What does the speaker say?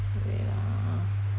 wait ah